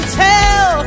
tell